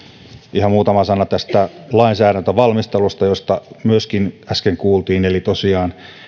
ihan muutama sana tästä lainsäädäntövalmistelusta josta myöskin äsken kuultiin tosiaan